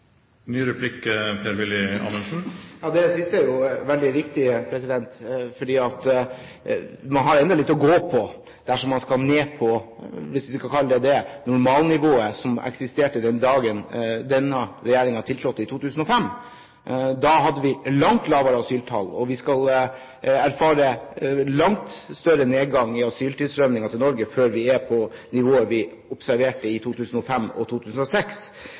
Det siste er veldig riktig, for man har ennå litt å gå på dersom man skal ned på det normalnivået – hvis vi kan kalle det det – som eksisterte den dagen denne regjeringen tiltrådte, i 2005. Da hadde vi langt lavere asyltall, og vi skal erfare en langt større nedgang i asyltilstrømningen til Norge før vi er på nivået vi observerte i 2005 og 2006.